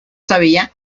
sabía